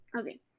Okay